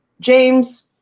James